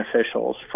officials